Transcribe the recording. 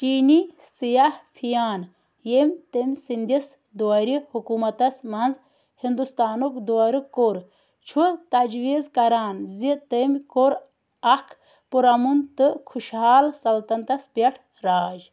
چیٖنی سیاح فیان ییٚمۍ تٔمہِ سندِس دورِ حکوٗمتس منٛز ہِنٛدوستانُک دورٕ کوٚر چھُ تجویٖز کران زِ تٔمۍ کوٚر اکھ پُر امُن تہٕ خۄشحال سلطنتس پٮ۪ٹھ راج